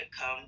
come